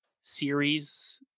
series